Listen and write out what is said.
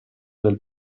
del